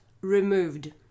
removed